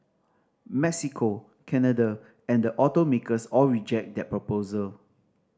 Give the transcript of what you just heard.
Mexico Canada and the automakers all reject that proposal